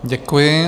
Děkuji.